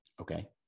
Okay